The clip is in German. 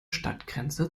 stadtgrenze